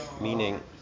meaning